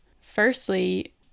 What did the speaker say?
Firstly